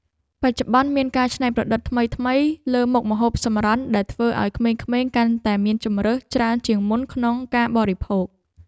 បច្ចុប្បន្នមានការច្នៃប្រឌិតថ្មីៗលើមុខម្ហូបសម្រន់ដែលធ្វើឱ្យក្មេងៗកាន់តែមានជម្រើសច្រើនជាងមុនក្នុងការបរិភោគ។